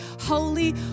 holy